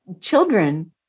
children